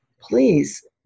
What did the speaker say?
please